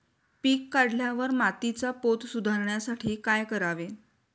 पीक काढल्यावर मातीचा पोत सुधारण्यासाठी काय करावे?